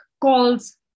calls